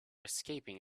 escaping